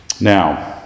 Now